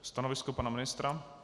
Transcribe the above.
Stanovisko pana ministra?